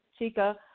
Chika